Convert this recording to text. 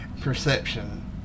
perception